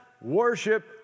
worship